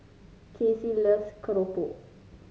Kacy loves keropok